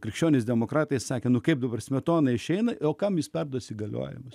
krikščionys demokratai sakė nu kaip dabar smetonai išeina o kam jis perduos įgaliojimus